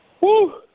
Woo